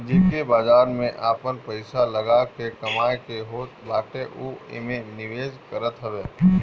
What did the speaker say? जेके बाजार में आपन पईसा लगा के कमाए के होत बाटे उ एमे निवेश करत हवे